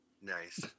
Nice